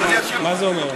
מה זה אומר?